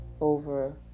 over